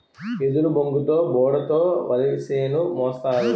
ఎదురుబొంగుతో బోడ తో వరిసేను మోస్తారు